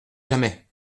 jamais